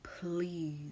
Please